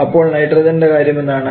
അപ്പോൾ നൈട്രജൻറെ കാര്യമെന്താണ്